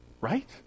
Right